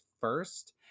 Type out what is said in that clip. first